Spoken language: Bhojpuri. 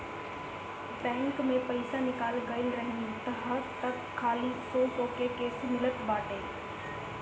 बैंक से पईसा निकाले गईल रहनी हअ तअ खाली सौ सौ के करेंसी मिलल बाटे